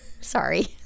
Sorry